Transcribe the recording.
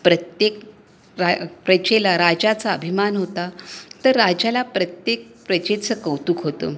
प्रत्येक रा प्रजेला राजाचा अभिमान होता तर राजाला प्रत्येक प्रजेचं कौतुक होतं